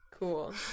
Cool